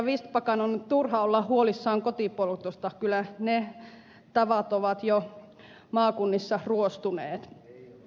vistbackan on turha olla huolissaan kotipoltosta kyllä ne tavat ovat jo maakunnissa ruostuneet